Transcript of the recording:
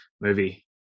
movie